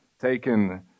taken